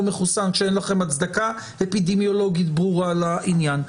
מחוסן כשאין לכם הצדקה אפידמיולוגית ברורה לעניין.